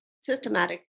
systematic